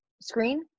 screen